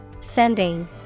Sending